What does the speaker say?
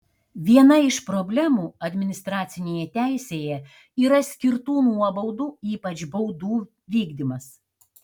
viena iš problemų administracinėje teisėje yra skirtų nuobaudų ypač baudų vykdymas